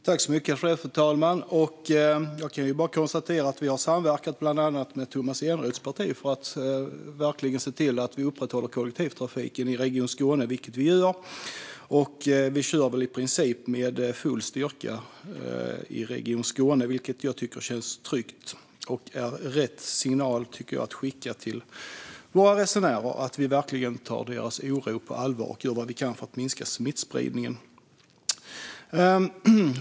Fru talman! Sverigedemokraterna har samverkat med bland annat Tomas Eneroths parti för att se till att verkligen upprätthålla kollektivtrafiken i Region Skåne, vilket vi gör. Där kör vi i princip med full styrka, och det känns tryggt. Det är rätt signal att skicka till våra resenärer för att visa att vi tar deras oro på allvar och att vi gör vad vi kan för att minska smittspridningen.